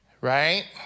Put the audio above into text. Right